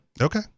okay